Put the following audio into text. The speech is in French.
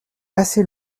assez